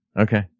Okay